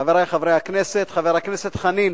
חברי חברי הכנסת, חבר הכנסת חנין,